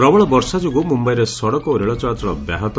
ପ୍ରବଳ ବର୍ଷା ଯୋଗୁଁ ମୁମ୍ଭାଇରେ ସଡ଼କ ଓ ରେଳ ଚଳାଚଳ ବ୍ୟାହତ